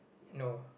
no